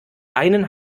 einen